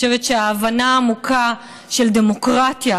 אני חושבת שההבנה העמוקה של דמוקרטיה,